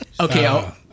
Okay